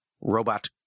robot